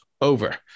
over